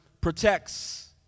protects